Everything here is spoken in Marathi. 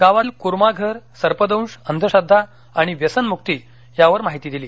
गावातील कुरमा घर सर्पदंश अंधश्रद्वा आणि व्यसनमुक्ती यावर माहिती दिली